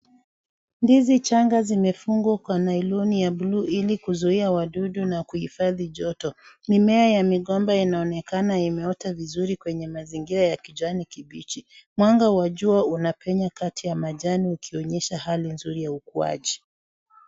Ndizi changa zimefungwa kwa nailoni ya bluu ili kuzuia wadudu na kuhifadhi joto. Mimea ya migomba inayoonekana imeota vizuri kwenye mazingira ya kijanin kibichi. Mwanga wa jua unapenya kati ya majani ukionyesha hali nzuri ya ukuaji.